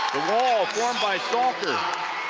the wall formed by salker.